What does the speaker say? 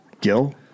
Gil